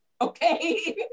Okay